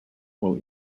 will